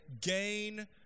gain